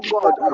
God